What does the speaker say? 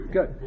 Good